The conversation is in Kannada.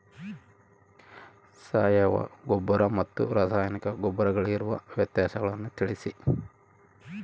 ಸಾವಯವ ಗೊಬ್ಬರ ಮತ್ತು ರಾಸಾಯನಿಕ ಗೊಬ್ಬರಗಳಿಗಿರುವ ವ್ಯತ್ಯಾಸಗಳನ್ನು ತಿಳಿಸಿ?